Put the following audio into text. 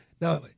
Now